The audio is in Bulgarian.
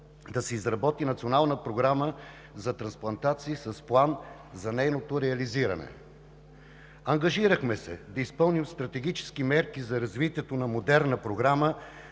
да се изработи национална програма за трансплантации с план за нейното реализиране. Ангажирахме се да изпълним стратегически мерки за развитието на модерна програма